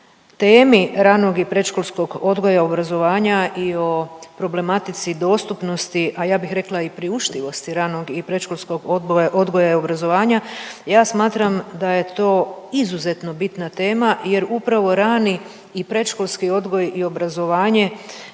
temi ranog i predškolskog odgoja i obrazovanja i o problematici dostupnosti, a ja bih rekla i priuštivosti ranog i predškolskog odgoja i obrazovanja, ja smatram da je to izuzetno bitna tema jer upravo rani i predškolski odgoj i obrazovanje